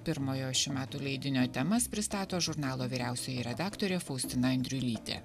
pirmojo šių metų leidinio temas pristato žurnalo vyriausioji redaktorė faustina andriulytė